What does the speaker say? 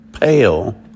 pale